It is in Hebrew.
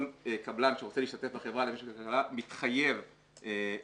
כל קבלן שרוצה להשתתף בחברה למשק וכלכלה מתחייב להתמודד